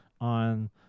on